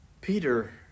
Peter